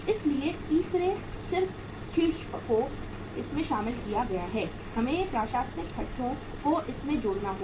इसलिए तीसरे सिर्फ को इसमें शामिल किया गया है हमें प्रशासनिक खर्चों को इसमें जोड़ना होगा